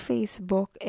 Facebook